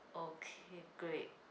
okay great